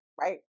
right